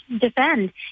defend